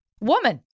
woman